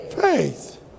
faith